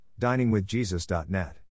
diningwithjesus.net